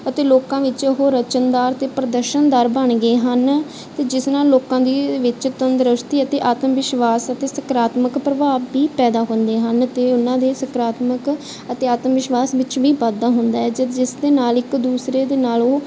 ਅਤੇ ਲੋਕਾਂ ਵਿੱਚ ਉਹ ਰਚਨਦਾਰ ਅਤੇ ਪ੍ਰਦਰਸ਼ਨਦਾਰ ਬਣ ਗਏ ਹਨ ਅਤੇ ਜਿਸ ਨਾਲ ਲੋਕਾਂ ਦੀ ਵਿੱਚ ਤੰਦਰੁਸਤੀ ਅਤੇ ਆਤਮ ਵਿਸ਼ਵਾਸ ਅਤੇ ਸਕਾਰਾਤਮਕ ਪ੍ਰਭਾਵ ਵੀ ਪੈਦਾ ਹੁੰਦੇ ਹਨ ਅਤੇ ਉਹਨਾਂ ਦੇ ਸਕਾਰਾਤਮਕ ਅਤੇ ਆਤਮ ਵਿਸ਼ਵਾਸ ਵਿੱਚ ਵੀ ਵਾਧਾ ਹੁੰਦਾ ਹੈ ਜੇ ਜਿਸ ਦੇ ਨਾਲ ਇੱਕ ਦੂਸਰੇ ਦੇ ਨਾਲ ਉਹ